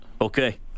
Okay